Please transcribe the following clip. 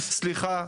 סליחה,